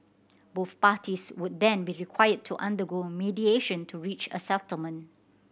both parties would then be required to undergo mediation to reach a settlement